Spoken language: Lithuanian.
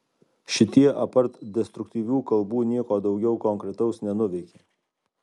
šitie apart destruktyvių kalbų nieko daugiau konkretaus nenuveikė